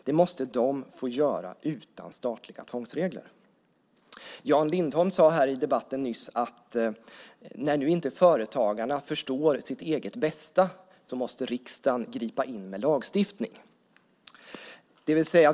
Det måste de få göra utan statliga tvångsregler. Jan Lindholm sade att när företagarna inte förstår sitt eget bästa måste riksdagen gripa in med lagstiftning.